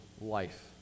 life